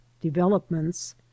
developments